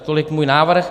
Tolik můj návrh.